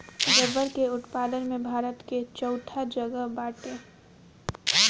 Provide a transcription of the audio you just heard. रबड़ के उत्पादन में भारत कअ चउथा जगह बाटे